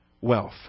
wealth